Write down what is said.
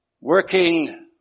working